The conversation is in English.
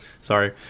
Sorry